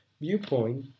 viewpoint